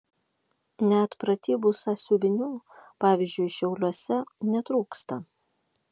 net pratybų sąsiuvinių pavyzdžiui šiauliuose netrūksta